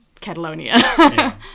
Catalonia